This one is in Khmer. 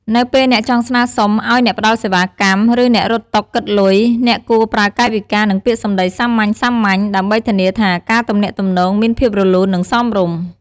នៅពេលអ្នកចង់ស្នើសុំឲ្យអ្នកផ្ដល់សេវាកម្ម ឬអ្នករត់តុគិតលុយ អ្នកគួរប្រើកាយវិការ និងពាក្យសម្ដីសាមញ្ញៗ ដើម្បីធានាថាការទំនាក់ទំនងមានភាពរលូន និងសមរម្យ។